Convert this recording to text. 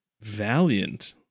Valiant